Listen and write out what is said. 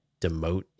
demote